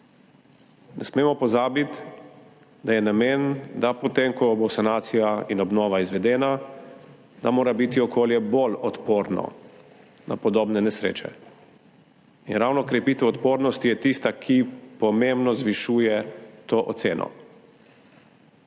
Ne smemo pozabiti, da je namen, da mora biti potem, ko bosta sanacija in obnova izvedeni, okolje bolj odporno na podobne nesreče. In ravno krepitev odpornosti je tista, ki pomembno zvišuje to oceno.